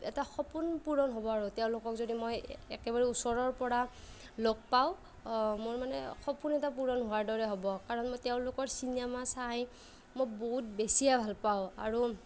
এটা সপোন পূৰণ হ'ব আৰু তেওঁলোকক যদি মই একেবাৰে ওচৰৰ পৰা লগ পাওঁ মোৰ মানে সপোন এটা পূৰণ হোৱাৰ দৰে হ'ব কাৰণ মই তেওঁলোকৰ চিনেমা চাই মই বহুত বেছিয়ে ভাল পাওঁ আৰু